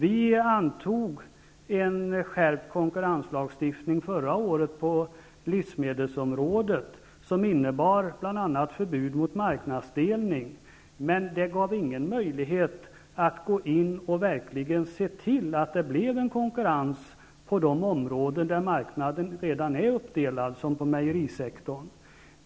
Riksdagen antog förra året en skärpt konkurrenslagstiftning på livsmedelsområdet som bl.a. innebar förbud mot marknadsdelning. Men den gav ingen möjlighet att gå in och se till att det verkligen blev konkurrens på de områden där marknaden redan är uppdelad, vilket är fallet på mejerisektorn.